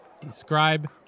describe